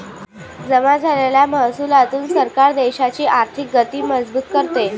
जमा झालेल्या महसुलातून सरकार देशाची आर्थिक गती मजबूत करते